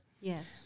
Yes